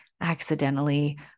accidentally